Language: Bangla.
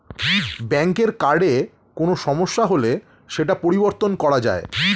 ব্যাঙ্কের কার্ডে কোনো সমস্যা হলে সেটা পরিবর্তন করা যায়